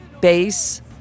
bass